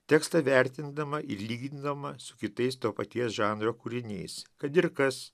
tekstą vertindama ir lygindama su kitais to paties žanro kūriniais kad ir kas